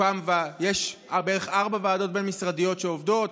יש בערך ארבע ועדות בין-משרדיות שעובדות,